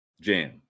Jam